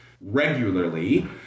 regularly